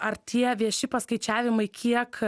ar tie vieši paskaičiavimai kiek